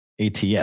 ATS